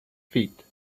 feet